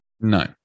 No